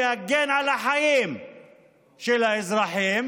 להגן על החיים של האזרחים,